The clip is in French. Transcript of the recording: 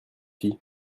fille